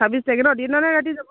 ছাব্বিছ তাৰিখে নহ্ দিনতনে ৰাতি যাব